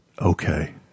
Okay